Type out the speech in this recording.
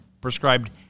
prescribed